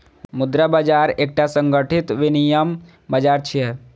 मुद्रा बाजार एकटा संगठित विनियम बाजार छियै